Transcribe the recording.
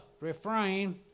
refrain